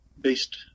based